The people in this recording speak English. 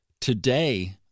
Today